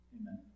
Amen